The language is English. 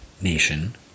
nation